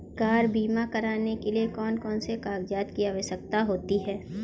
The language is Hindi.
कार का बीमा करने के लिए कौन कौन से कागजात की आवश्यकता होती है?